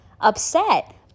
upset